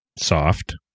soft